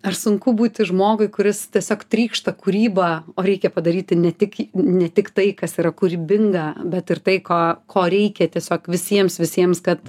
ar sunku būti žmogui kuris tiesiog trykšta kūryba o reikia padaryti ne tik ne tik tai kas yra kūrybinga bet ir tai ko ko reikia tiesiog visiems visiems kad